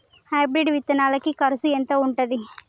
Hybrid విత్తనాలకి కరుసు ఎంత ఉంటది?